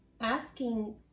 asking